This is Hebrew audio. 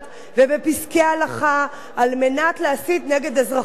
על מנת להסית נגד אזרחים במדינת ישראל,